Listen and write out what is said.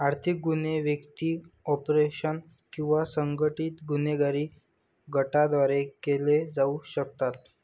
आर्थिक गुन्हे व्यक्ती, कॉर्पोरेशन किंवा संघटित गुन्हेगारी गटांद्वारे केले जाऊ शकतात